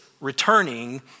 returning